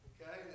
Okay